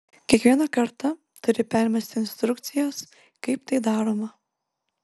kiekvieną kartą turi permesti instrukcijas kaip tai daroma